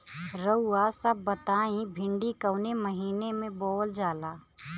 रउआ सभ बताई भिंडी कवने महीना में बोवल जाला?